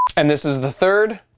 and this is the third